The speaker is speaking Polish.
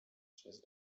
przez